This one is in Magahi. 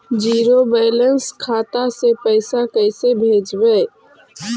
जीरो बैलेंस खाता से पैसा कैसे भेजबइ?